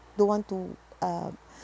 don't want to uh